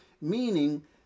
meaning